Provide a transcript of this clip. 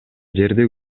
жерди